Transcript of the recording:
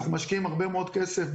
אנחנו משקיעים הרבה מאוד כסף.